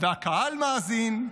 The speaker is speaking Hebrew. והקהל מאזין,